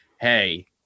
hey